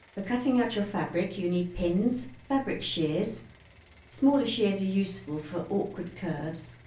for cutting out your fabric you need pins, fabric shears smaller shears are useful for awkward curves